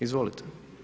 Izvolite.